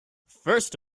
first